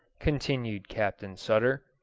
continued captain sutter,